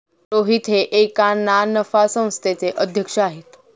रोहित हे एका ना नफा संस्थेचे अध्यक्ष आहेत